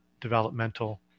developmental